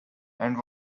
and